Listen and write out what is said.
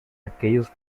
aquellos